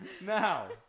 now